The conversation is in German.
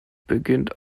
beginnt